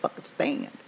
stand